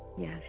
yes